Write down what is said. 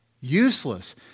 useless